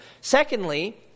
Secondly